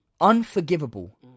Unforgivable